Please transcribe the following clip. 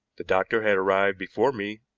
the doctor had arrived before me,